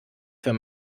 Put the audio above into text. für